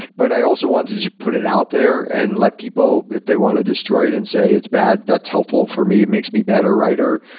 but i also wanted to put it out there and let people if they want to destroy it and say it's bad, that's helpful for me. it makes me a better writer,